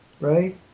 Right